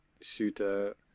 shooter